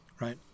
right